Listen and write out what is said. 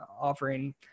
offering